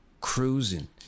cruising